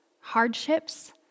hardships